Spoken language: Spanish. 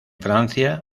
francia